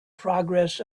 progress